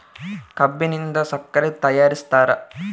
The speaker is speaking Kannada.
ಕಬ್ಬಿನಿಂದ ಸಕ್ಕರೆ ತಯಾರಿಸ್ತಾರ